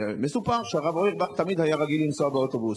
מסופר שהרב אוירבך תמיד היה רגיל לנסוע באוטובוס,